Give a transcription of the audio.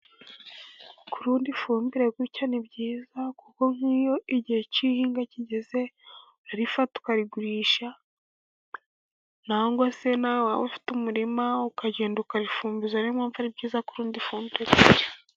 Kurunda ifumbire gutya ni byiza kuko nk'iyo igihe cy'ihinga kigeze urayifata ukayigurisha, cyangwa se nawe waba ufite umurima ukagenda ukayifumbiza, ariyo mpamvu ari byiza kurunda ifumbire.